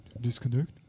Disconnect